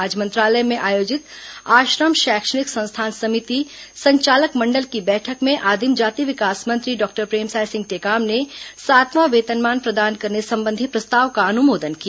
आज मंत्रालय में आयोजित आश्रम शैक्षणिक संस्थान समिति संचालक मंडल की बैठक में आदिम जाति विकास मंत्री डॉक्टर प्रे मसाय सिंह टेकाम ने सातवां वेतनमान प्रदान करने संबंधी प्रस्ताव का अनुमोदन किया